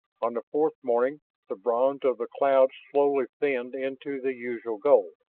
on the fourth morning the bronze of the clouds slowly thinned into the usual gold,